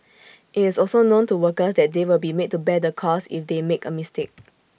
IT is also known to workers that they will be made to bear the cost if they make A mistake